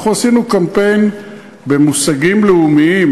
אנחנו עשינו קמפיין במושגים לאומיים,